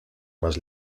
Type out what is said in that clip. más